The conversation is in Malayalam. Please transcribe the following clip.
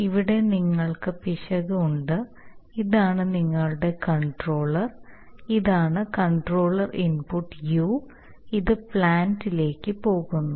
ഇവിടെ നിങ്ങൾക്ക് പിശക് ഉണ്ട് ഇതാണ് നിങ്ങളുടെ കൺട്രോളർ ഇതാണ് കൺട്രോൾ ഇൻപുട്ട് യു ഇത് പ്ലാന്റിലേക്ക് പോകുന്നു